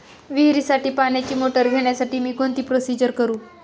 विहिरीसाठी पाण्याची मोटर घेण्यासाठी मी कोणती प्रोसिजर करु?